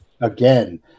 again